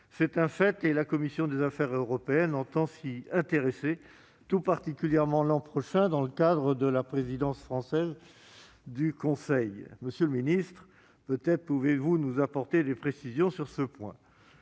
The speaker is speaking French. C'est un fait, et la commission des affaires européennes entend s'y intéresser tout particulièrement l'an prochain, dans le cadre de la présidence française du Conseil de l'Union européenne. Monsieur le secrétaire d'État, peut-être pouvez-vous nous apporter des précisions sur ce point ?